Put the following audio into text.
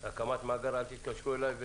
ושל הקמת מאגר "אל תתקשרו אליי".